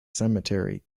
cemetery